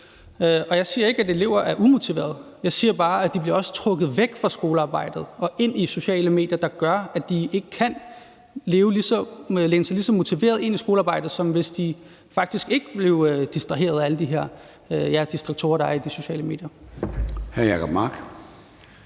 Jeg siger ikke, at elever er umotiverede. Jeg siger bare, at de også bliver trukket væk fra skolearbejdet og ind i sociale medier, der gør, at de ikke kan læne sig lige så motiveret ind i skolearbejdet, som hvis de faktisk ikke blev distraheret af alle de her disse distraktorer, der er på de sociale medier.